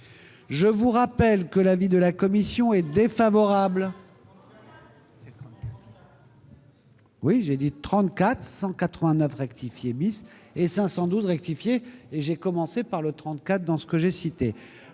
Je rappelle que l'avis de la commission est défavorable